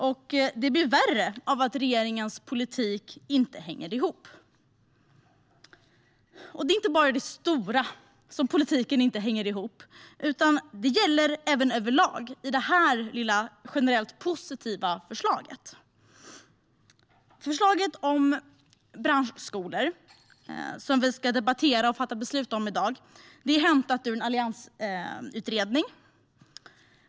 Och det blir värre av att regeringens politik inte hänger ihop. Det är inte bara i det stora som politiken inte hänger ihop, utan det gäller även överlag i det här lilla, generellt positiva förslaget. Förslaget om branschskolor, som vi ska debattera och fatta beslut om i dag, är hämtat ur en alliansutredning.